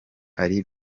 hari